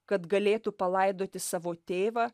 kad galėtų palaidoti savo tėvą